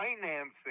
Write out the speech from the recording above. financing